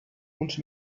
uns